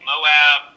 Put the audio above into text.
Moab